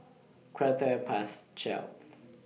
Quarter Past twelve